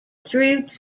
through